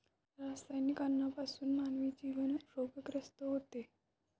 रासायनिक अन्नापासून मानवी जीवन रोगग्रस्त होते